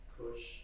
push